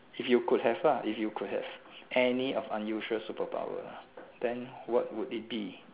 if you could have lah if you could have any of unusual super power then what would it be